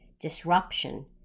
disruption